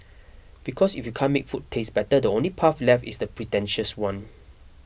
because if you can't make food taste better the only path left is the pretentious one